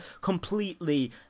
completely